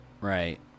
Right